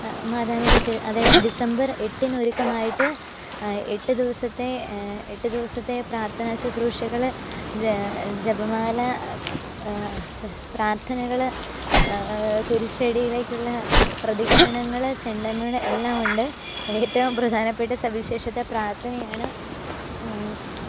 മാതാവിന്റെ തിര് അത് ഡിസംബര് എട്ടിനൊരുക്കമായിട്ട് എട്ട് ദിവസത്തെ എട്ട് ദിവസത്തെ പ്രാര്ത്ഥനാ ശ്രുശ്രൂഷകൽ ജപമാല പ്രാര്ത്ഥനകൽ കുരിശടിയിലേക്കുള്ള പ്രദക്ഷിണങ്ങൾ ചെണ്ടമേളം എല്ലാമുണ്ട് ഏറ്റവും പ്രധാനപ്പെട്ട സവിശേഷത പ്രാര്ത്ഥനയാണ്